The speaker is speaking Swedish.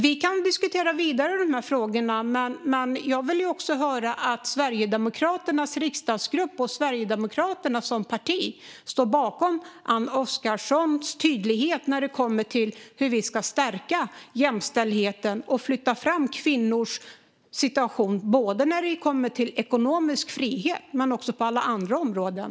Vi kan diskutera vidare, men jag vill också höra att Sverigedemokraternas riksdagsgrupp och Sverigedemokraterna som parti står bakom Anne Oskarssons tydlighet i hur vi ska stärka jämställdheten och flytta fram kvinnors position vad gäller både ekonomisk frihet och övriga områden.